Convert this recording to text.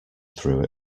through